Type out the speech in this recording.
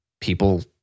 people